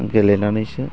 गेलेनानैसो